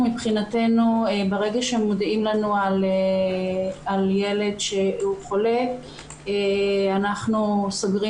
מבחינתנו ברגע שמודיעים לנו על ילד חולה אנחנו סוגרים